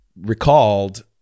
recalled